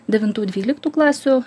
devintų dvyliktų klasių